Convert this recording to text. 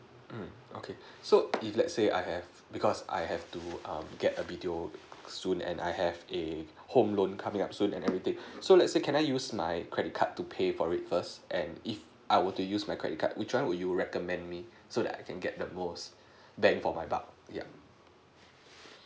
um okay so if let's say I have because I have to um get a video soon and I have a home loan coming up soon everything so let's say can I use my credit card to pay for it first and if I were to use my credit card which one would you recommend me so that I can get the most bank for my buck yup